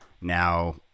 now